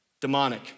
demonic